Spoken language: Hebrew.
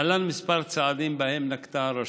להלן כמה צעדים שנקטה הרשות: